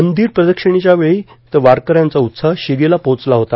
मंदिर प्रदक्षिणेच्या वेळी तर वारकऱ्यांचा उत्साह शिगेला पोहोचला होता